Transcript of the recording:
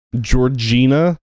Georgina